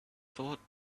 thought